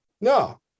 no